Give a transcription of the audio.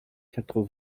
quatre